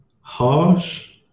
harsh